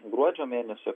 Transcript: gruodžio mėnesio